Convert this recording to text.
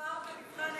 מדובר במבחן ההיסטוריה,